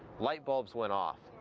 light bulbs went off.